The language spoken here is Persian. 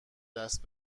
دست